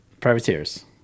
Privateers